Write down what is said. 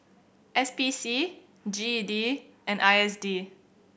S P C G E D and I S D